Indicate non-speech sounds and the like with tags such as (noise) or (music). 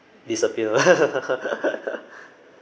disappear (laughs)